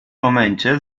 momencie